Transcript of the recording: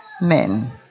men